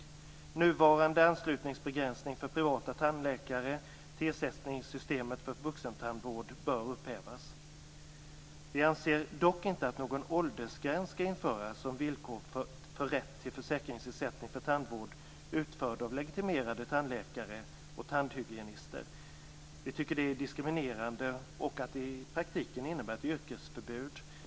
Nuvarande anslutningsbegränsning för privata tandläkare till ersättningssystemet för vuxentandvård bör upphävas. Vi anser dock inte att någon åldersgräns skall införas som villkor för rätt till försäkringsersättning för tandvård utförd av legitimerade tandläkare och tandhygienister. Vi tycker att det är diskriminerande och i praktiken innebär ett yrkesförbud.